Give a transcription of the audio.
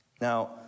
Now